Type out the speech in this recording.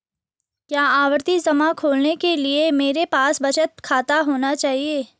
क्या आवर्ती जमा खोलने के लिए मेरे पास बचत खाता होना चाहिए?